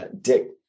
Dick